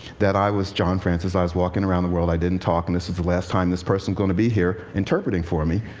that i was john francis, i was walking around the world, i didn't talk and this was the last time this person's going to be here interpreting for me.